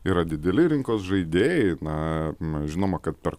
yra dideli rinkos žaidėjai na žinoma kad per